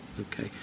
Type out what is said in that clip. Okay